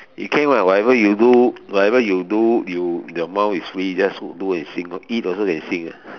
you came out with whatever you whatever you do you your mouth is free just do and sing eat also can sing ah